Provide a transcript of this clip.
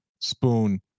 spoon